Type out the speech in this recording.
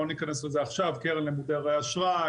לא ניכנס לזה עכשיו קרן למודרי אשראי,